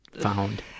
found